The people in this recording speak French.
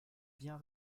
bien